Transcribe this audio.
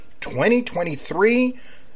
2023